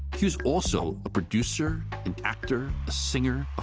hugh's also a producer, an actor, a singer, ah